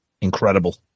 Incredible